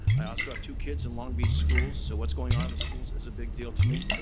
i also have two kids in long beach schools so what's going on in the schools is a big deal to me.